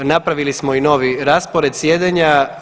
Napravili smo i novi raspored sjedenja.